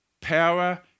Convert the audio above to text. power